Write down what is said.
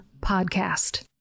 podcast